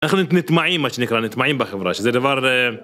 אנחנו נטמעים מה שנקרא, נטמעים בחברה, שזה דבר...